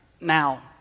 now